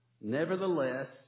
nevertheless